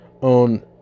on